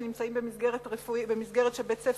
שנמצאים במסגרת של בית-ספר,